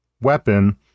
weapon